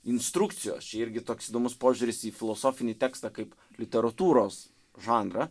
instrukcijos čia irgi toks įdomus požiūris į filosofinį tekstą kaip literatūros žanrą